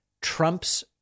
Trump's